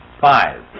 Five